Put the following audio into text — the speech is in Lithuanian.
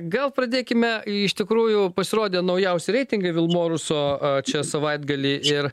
gal pradėkime iš tikrųjų pasirodė naujausi reitingai vilmoruso čia savaitgalį ir